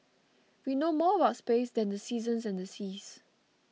we know more about space than the seasons and the seas